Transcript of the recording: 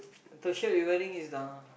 the shirt you wearing is a